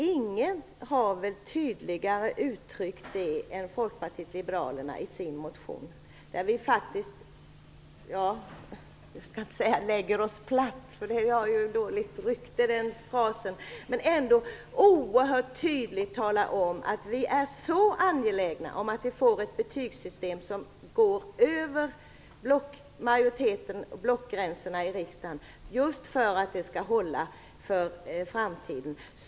Ingen har väl tydligare uttryckt det än vi i Folkparitet liberalerna i vår motion. Där har vi oerhört tydligt talat om att vi är angelägna om att vi får ett betygssystem över blockgränserna i riksdagen för att det skall hålla för framtiden.